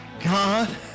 God